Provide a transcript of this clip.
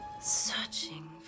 Searching